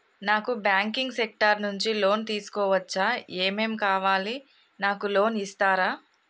నాకు banking sector నుంచి loan తీసుకోవచ్చా? ఏమేం కావాలి? నాకు లోన్ ఇస్తారా?